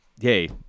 hey